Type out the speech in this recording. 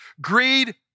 greed